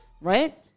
right